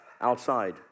outside